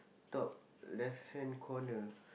top left hand corner